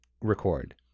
record